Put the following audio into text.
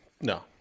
No